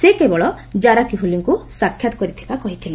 ସେ କେବଳ ଜାରାକିହୋଲିଙ୍କୁ ସାକ୍ଷାତ କରିଥିବା କହିଥିଲେ